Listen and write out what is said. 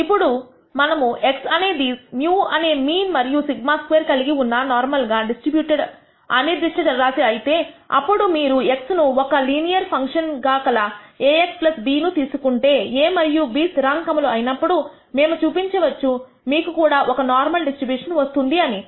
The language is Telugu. ఇప్పుడు మనము x అనేది μ అనే మీన్ మరియు σ2 కలిగి ఉన్న నార్మల్ గా డిస్ట్రిబ్యూటెడ్ అనిర్దిష్ట చర రాశి అయితే అప్పుడు మీరు x ను ఒక లీనియర్ ఫంక్షన్ గా కల axb ను తీసుకుంటేa మరియు b స్థిరాంకములు అయినప్పుడు మేము చూపించవచ్చు మీకు కూడా ఒక నార్మల్ డిస్ట్రిబ్యూషన్ వస్తుంది అని